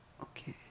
okay